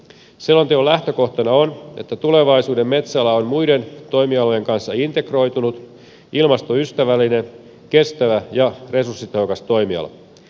selonteon lähtökohtana on että tulevaisuuden metsäala on muiden toimialojen kanssa integroitunut ilmastoystävällinen kestävä ja resurssitehokas toimiala